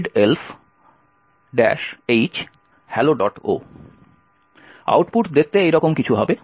output দেখতে এই রকম কিছু হবে